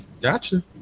Gotcha